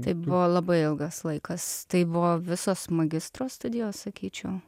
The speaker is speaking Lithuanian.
tai buvo labai ilgas laikas tai buvo visos magistro studijos sakyčiau